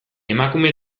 emakume